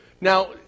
Now